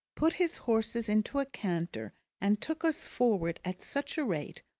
put his horses into a canter and took us forward at such a rate,